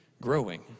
growing